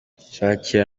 shakira